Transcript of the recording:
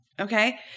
Okay